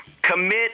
commit